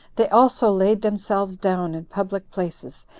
they also laid themselves down in public places,